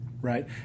Right